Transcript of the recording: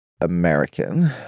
American